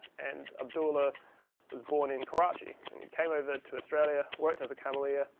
and abdullah was born in karachi. and he came over to australia, worked as a cameleer,